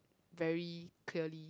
very clearly